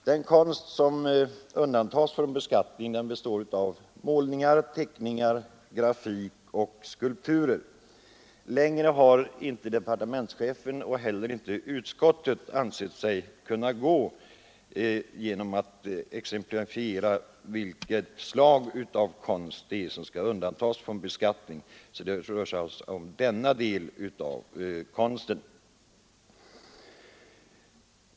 Den konst som undantas från beskattning är målningar, teckningar, grafik och skulpturer. Längre har inte departe mentschefen och heller inte utskottet ansett sig kunna gå i exemplifiering av vilket slags konst som skall undantas från beskattning. Det rör sig alltså om de angivna delarna.